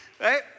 Right